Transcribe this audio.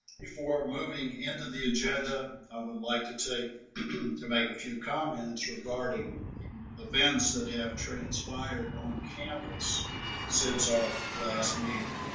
before moving into and the agenda, i would like to take. to make a few comments regarding events that have transpired on campus since our last meeting.